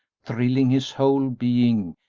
thrilling his whole being,